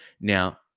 Now